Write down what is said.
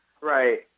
right